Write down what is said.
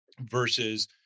versus